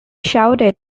shouted